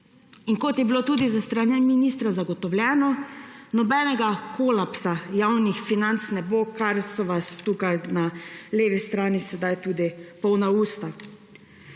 Kot je bilo tudi s strani ministra zagotovljeno, nobenega kolapsa javnih financ ne bo, česar so vsa tukaj na levi strani sedaj tudi polna usta.